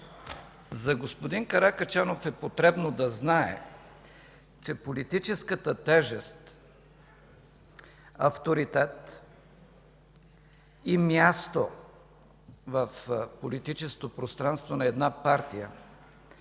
За господин Каракачанов е потребно да знае, че политическата тежест, авторитет и място в политическото пространство на една партия